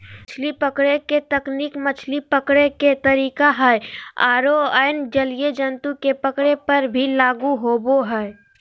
मछली पकड़े के तकनीक मछली पकड़े के तरीका हई आरो अन्य जलीय जंतु के पकड़े पर भी लागू होवअ हई